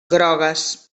grogues